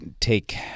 take